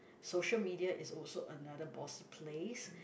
social media is also another bossy place